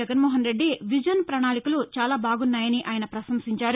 Jaganmohan Reddy vision ప్రణాళికలు చాలా బాగున్నాయని ఆయన ప్రశంసించారు